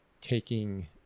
taking